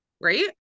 right